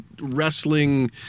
wrestling